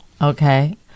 Okay